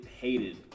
hated